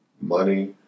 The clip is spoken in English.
money